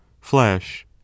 flesh